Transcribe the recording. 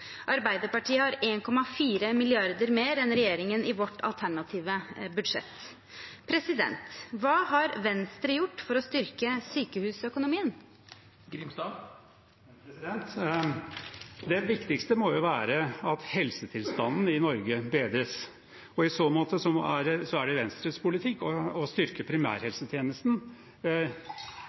Arbeiderpartiet har 1,4 mrd. kr mer enn regjeringen i vårt alternative budsjett. Hva har Venstre gjort for å styrke sykehusøkonomien? Det viktigste må jo være at helsetilstanden i Norge bedres. I så måte er det Venstres politikk å styrke primærhelsetjenesten